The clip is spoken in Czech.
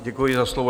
Děkuji za slovo.